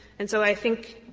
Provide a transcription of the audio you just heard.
and so i think,